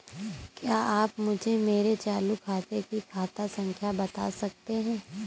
क्या आप मुझे मेरे चालू खाते की खाता संख्या बता सकते हैं?